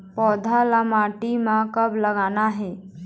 पौधा ला माटी म कब लगाना हे?